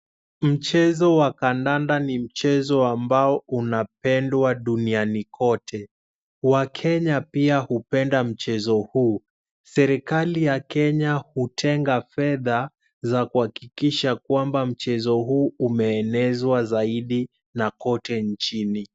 Mchezo wa kandanda ni mchezo ambao unapendwa duniani kote. Wakenya pia hupenda mchezo huu. Serikali ya Kenya hutenga fedha za kuhakikisha kwamba mchezo huu umeenezwa zaidi na kote nchini.